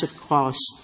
cost